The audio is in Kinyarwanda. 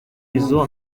izo